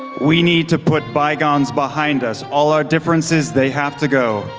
we need to put bygones behind us. all our differences, they have to go.